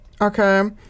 Okay